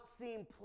seem